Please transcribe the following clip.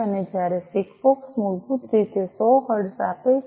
અને જ્યારે સિગફોક્સ મૂળભૂત રીતે 100 હર્ટ્ઝ આપે છે